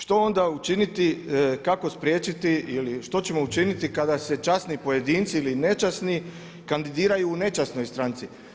Što onda učiniti, kako spriječiti ili što ćemo učiniti kada se časni pojedinci ili nečasni kandidiraju u nečasnoj stranci?